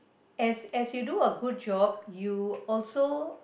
as as you do a good job you also